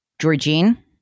Georgine